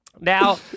Now